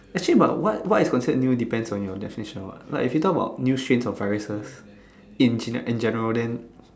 actually but what what is considered new depends on your definition what right if you talk about new strains of fried rice in general